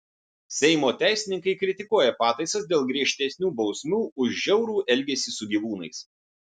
seimo teisininkai kritikuoja pataisas dėl griežtesnių bausmių už žiaurų elgesį su gyvūnais